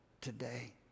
today